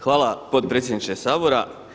Hvala potpredsjedniče Sabora.